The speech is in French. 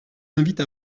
invite